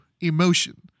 emotion